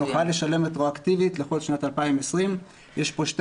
נוכל לשלם רטרואקטיבית לכל שנת 2020. יש פה שני